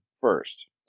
first